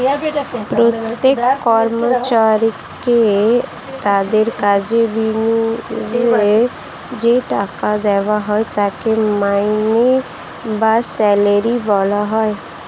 প্রত্যেক কর্মচারীকে তাদের কাজের বিনিময়ে যেই টাকা দেওয়া হয় তাকে মাইনে বা স্যালারি বলা হয়